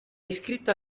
iscritta